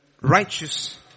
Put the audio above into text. righteous